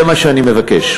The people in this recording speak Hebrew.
זה מה שאני מבקש.